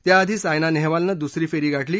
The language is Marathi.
त्याआधी सायना नेहवालनं दुसरी फेरी गाठली